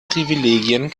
privilegien